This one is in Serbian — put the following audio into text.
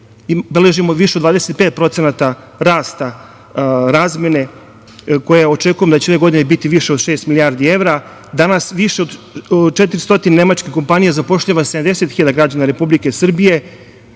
beležimo više od 25% rasta razmene, koja očekujem da će ove godine biti više od šest milijardi evra. Danas više od 400 nemačkih kompanija zapošljava 70.000 građana Republike Srbije.